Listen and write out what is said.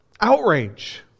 outrage